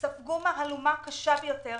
ספגו מהלומה קשה ביותר,